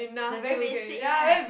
the very basic right